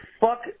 fuck